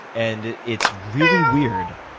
and it's really weird